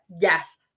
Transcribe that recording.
yes